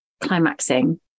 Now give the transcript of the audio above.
climaxing